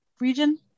region